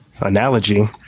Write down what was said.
analogy